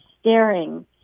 staring